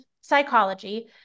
psychology